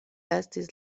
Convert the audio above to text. estis